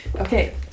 Okay